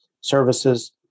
services